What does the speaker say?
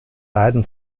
beiden